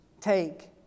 take